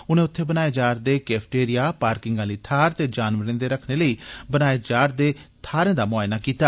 उन्ने उत्थैं बनाए जा रदे कैफेटेरिया पार्किंग आली थाहरें ते जानवरें दे रक्खने लेई बनाई जा रदियें थाहरें दा मुआयना कीता